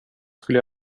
skulle